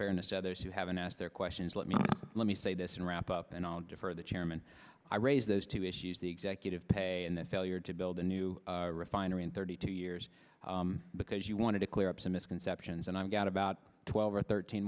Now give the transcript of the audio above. fairness to others who haven't asked their questions let me let me say this and wrap up and i'll defer the chairman i raise those two issues the executive pay and the failure to build a new refinery in thirty two years because you wanted to clear up some misconceptions and i got about twelve or thirteen